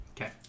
Okay